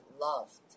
loved